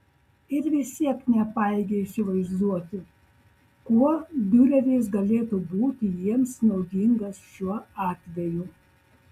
ir vis tiek nepajėgė įsivaizduoti kuo diureris galėtų būti jiems naudingas šiuo atveju